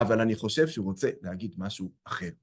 אבל אני חושב שהוא רוצה להגיד משהו אחר.